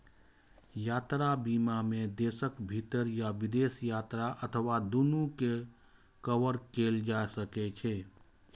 यात्रा बीमा मे देशक भीतर या विदेश यात्रा अथवा दूनू कें कवर कैल जा सकै छै